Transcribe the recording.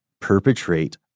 perpetrate